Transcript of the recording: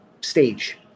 stage